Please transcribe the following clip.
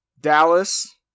dallas